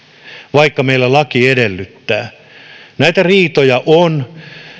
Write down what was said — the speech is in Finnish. vaikka meillä laki edellyttää näitä riitoja on